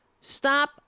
Stop